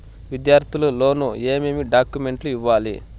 విద్యార్థులు లోను ఏమేమి డాక్యుమెంట్లు ఇవ్వాలి?